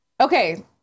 Okay